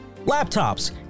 Laptops